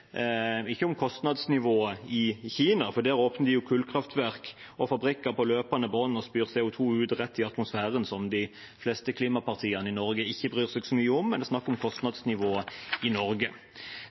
ikke om kostnadsnivået i Kina, for der åpner de jo kullkraftverk og fabrikker på løpende bånd og spyr CO 2 rett ut i atmosfæren, noe de fleste klimapartiene i Norge ikke bryr seg så mye om når det er snakk om